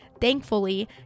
Thankfully